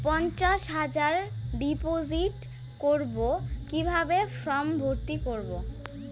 পঞ্চাশ হাজার ডিপোজিট করবো কিভাবে ফর্ম ভর্তি করবো?